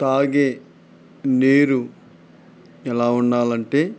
తాగే నీరు ఎలా ఉండాలంటే